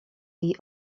jej